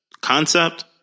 Concept